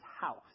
house